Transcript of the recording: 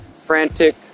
frantic